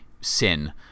sin